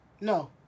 No